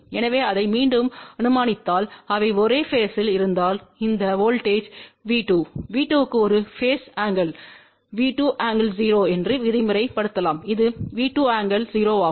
எனவே அதை மீண்டும் அனுமானித்தல் அவை ஒரே பேஸ்த்தில் இருந்தால் இந்த வோல்ட்டேஜ்ம் V2V2க்கு ஒரு பேஸ் ஆங்கிள் V2∠00 என்றுவிதிமுறைலலாம் இது V2∠00 ஆகும்